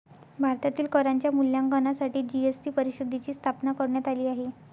भारतातील करांच्या मूल्यांकनासाठी जी.एस.टी परिषदेची स्थापना करण्यात आली आहे